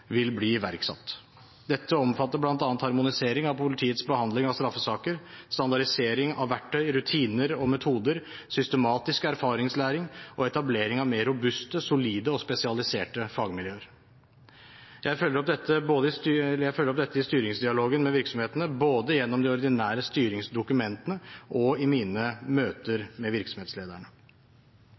vil bli iverksatt. Dette omfatter bl.a. harmonisering av politiets behandling av straffesaker, standardisering av verktøy, rutiner og metoder, systematisk erfaringslæring og etablering av mer robuste, solide og spesialiserte fagmiljøer. Jeg følger opp dette i styringsdialogen med virksomhetene, både gjennom de ordinære styringsdokumentene og i mine møter med virksomhetslederne.